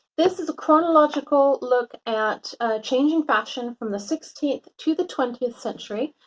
this is a chronological look at changing fashion from the sixteenth to the twentieth century.